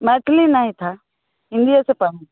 मैथली नहीं था हिंदी ही से पढ़े थे